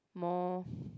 mall